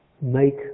make